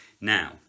now